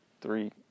three